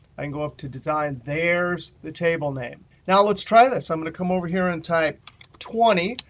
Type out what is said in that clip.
and go up to design. there's the table name. now let's try this. i'm going to come over here and type twenty,